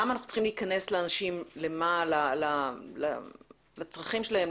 למה אנחנו צריכים להיכנס לאנשים לצרכים שלהם,